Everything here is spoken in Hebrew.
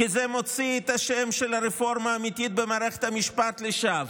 כי זה מוציא את השם של הרפורמה האמיתית במערכת המשפט לשווא,